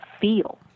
feel